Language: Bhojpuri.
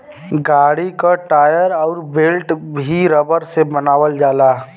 गाड़ी क टायर अउर बेल्ट भी रबर से बनावल जाला